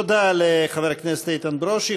תודה לחבר הכנסת איתן ברושי.